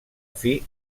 afí